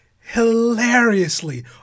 hilariously